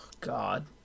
God